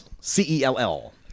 C-E-L-L